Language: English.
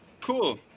Cool